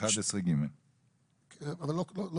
פסקה (2)(ב),